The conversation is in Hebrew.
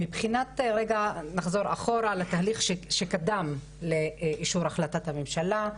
נחזור אחורה לתהליך שקדם לאישור החלטת הממשלה,